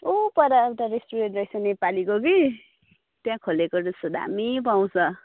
ऊ पर एउटा रेस्टुरेन्ट रहेछ नेपालीको कि त्यहाँ खोलेको रहेछ दामी पाउँछ